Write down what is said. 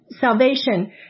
salvation